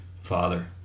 father